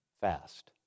fast